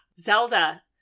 Zelda